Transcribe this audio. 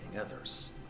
others